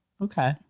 Okay